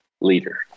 leader